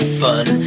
fun